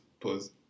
pause